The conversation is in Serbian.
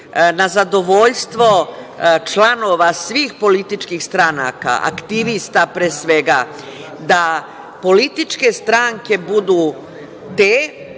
na zadovoljstvo članova svih političkih stranaka, aktivista pre svega, da političke stranke budu te,